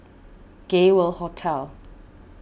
Gay World Hotel